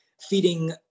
feeding